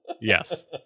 Yes